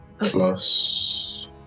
plus